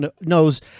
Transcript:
knows